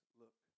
look